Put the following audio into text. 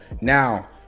Now